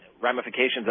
ramifications